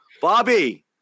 Bobby